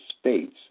states